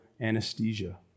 anesthesia